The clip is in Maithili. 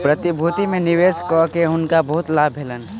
प्रतिभूति में निवेश कय के हुनका बहुत लाभ भेलैन